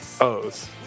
O's